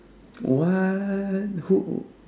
what who